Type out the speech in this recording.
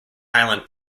island